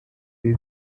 ibi